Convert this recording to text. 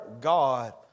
God